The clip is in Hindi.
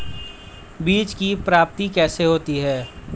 बीज की प्राप्ति कैसे होती है?